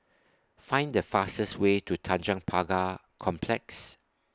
Find The fastest Way to Tanjong Pagar Complex